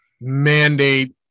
mandate